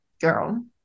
girl